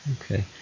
Okay